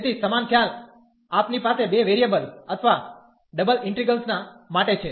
તેથી સમાન ખ્યાલ આપની પાસે બે વેરિયેબલ અથવા ડબલ ઇન્ટિગ્રેલ્સના માટે છે